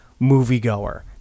moviegoer